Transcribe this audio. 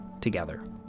together